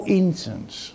incense